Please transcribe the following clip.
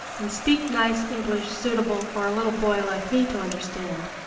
and speak nice english suitable for a little boy like me to understand.